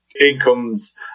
incomes